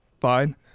Fine